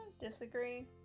Disagree